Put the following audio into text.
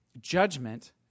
judgment